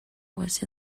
was